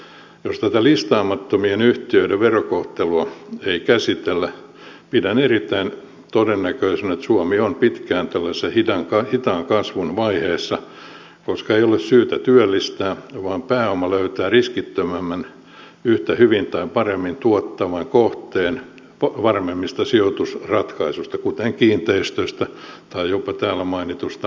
jos tätä listaamattomien yhtiöiden verokohtelua ei käsitellä pidän erittäin todennäköisenä että suomi on pitkään tällaisessa hitaan kasvun vaiheessa koska ei ole syytä työllistää vaan pääoma löytää riskittömämmän yhtä hyvin tai paremmin tuottavan kohteen varmemmista sijoitusratkaisuista kuten kiinteistöistä tai jopa täällä mainitusta metsästä